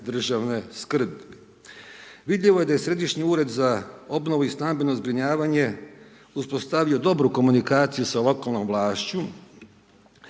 državne skrbi. Vidljivo je da je Središnji ured za obnovu i stambeno zbrinjavanje uspostavio dobru komunikaciju sa lokalnom vlašću,